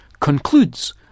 concludes